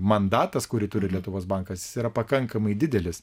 mandatas kurį turi lietuvos bankas jis yra pakankamai didelis